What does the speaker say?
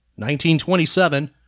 1927